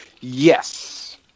Yes